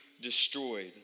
destroyed